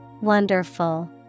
Wonderful